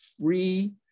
free